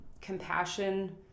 compassion